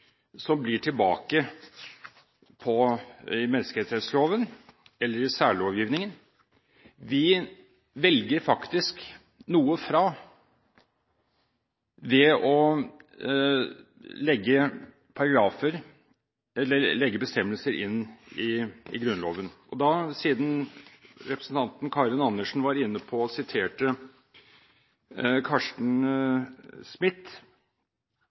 som blir tilbake i menneskerettsloven, eller i særlovgivningen. Vi velger faktisk noe bort ved å legge bestemmelser inn i Grunnloven. Siden representanten Karin Andersen var inne på og siterte Carsten Smith,